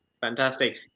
Fantastic